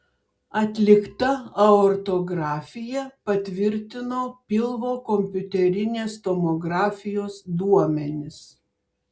atlikta aortografija patvirtino pilvo kompiuterinės tomografijos duomenis